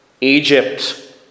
Egypt